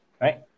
Right